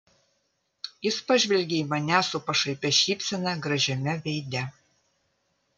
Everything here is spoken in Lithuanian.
jis pažvelgė į mane su pašaipia šypsena gražiame veide